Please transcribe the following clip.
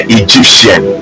egyptian